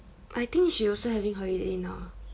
I think she also having holiday now